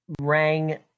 rang